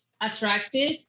attractive